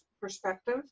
perspective